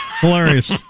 Hilarious